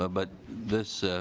ah but this